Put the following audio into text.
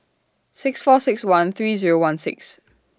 six four six one three Zero one six